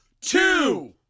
two